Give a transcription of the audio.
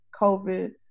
COVID